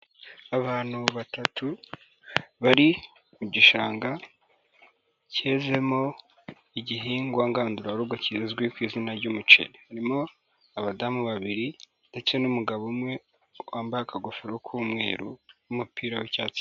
Abantu batatu bari mu gishanga kezemo igihingwa ngandurarugo kizwi ku izina ry'umuceri, harimo abadamu babiri ndetse n'umugabo umwe wambaye akagofero k'umweru n'umupira w'icyatsi.